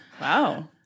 Wow